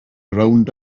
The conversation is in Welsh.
rownd